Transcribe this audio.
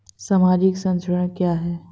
सामाजिक संरक्षण क्या है?